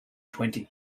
twenty